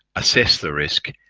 assess the risk,